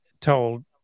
told